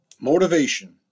Motivation